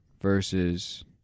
versus